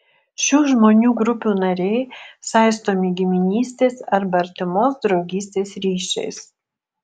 šių žmonių grupių nariai saistomi giminystės arba artimos draugystės ryšiais